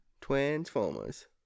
Transformers